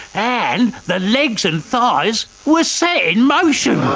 and the legs and thighs were set in motion.